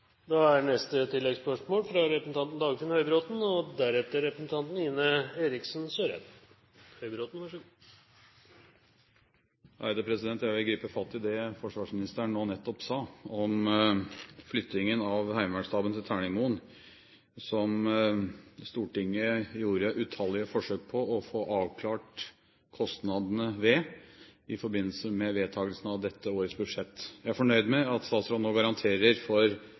Dagfinn Høybråten – til oppfølgingsspørsmål. Jeg vil gripe fatt i det forsvarsministeren nå sa om flyttingen av Heimevernsstaben til Terningmoen, som Stortinget gjorde utallige forsøk på å få avklart kostnadene ved i forbindelse med vedtakelsen av dette årets budsjett. Jeg er fornøyd med at statsråden nå garanterer for